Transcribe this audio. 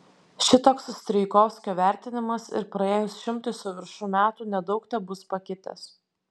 šitoks strijkovskio vertinimas ir praėjus šimtui su viršum metų nedaug tebus pakitęs